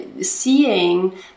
seeing